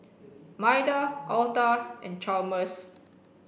Maida Alta and Chalmers